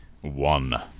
One